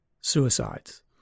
suicides